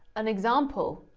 an example,